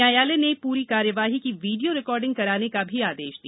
न्यायालय ने पूरी कार्यवाही की वीडियो रिकॉर्डिंग कराने का भी आदेश दिया